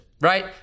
right